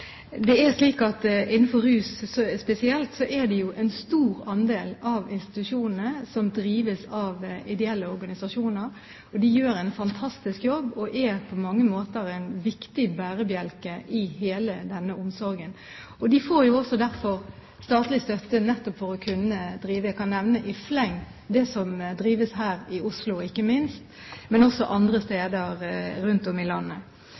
Innenfor rus spesielt er det en stor andel av institusjonene som drives av ideelle organisasjoner, og de gjør en fantastisk jobb og er på mange måter en viktig bærebjelke i hele denne omsorgen. De får også derfor statlig støtte nettopp for å kunne drive, jeg kan nevne i fleng, det som drives her i Oslo ikke minst, men også andre steder rundt om i landet.